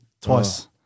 twice